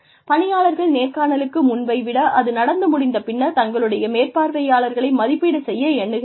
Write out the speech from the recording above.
பணியாளர்கள் நேர்காணலுக்கு முன்பை விட அது நடந்து முடிந்த பின்னர் தங்களுடைய மேற்பார்வையாளர்களை மதிப்பீடு செய்ய எண்ணுகிறார்கள்